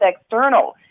external